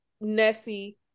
Nessie